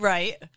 Right